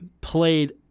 Played